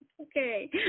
Okay